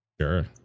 Sure